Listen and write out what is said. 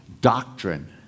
doctrine